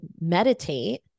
meditate